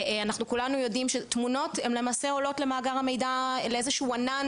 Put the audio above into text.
אנחנו כולנו יודעים שתמונות הן למעשה עולות לאיזה שהוא ענן,